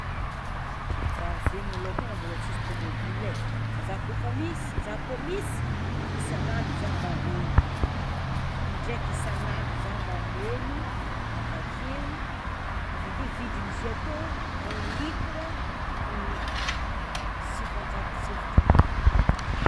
zah zegny makôha tegna mbola tsisy tôbily e, fa zah kôfa misy zah koa misy isan'andro zah mameno indraika isan'andro zah mameno avakeo avakeo vidin'izy io atô un litra sivanjato sy efatra arivo.